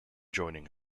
joining